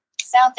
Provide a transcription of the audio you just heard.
South